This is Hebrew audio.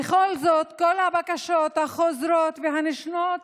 בכל זאת, כל הבקשות החוזרות ונשנות